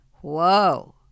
Whoa